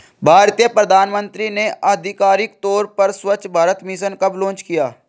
भारतीय प्रधानमंत्री ने आधिकारिक तौर पर स्वच्छ भारत मिशन कब लॉन्च किया?